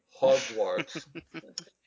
Hogwarts